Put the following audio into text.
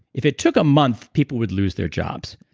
if it took a month people would lose their jobs.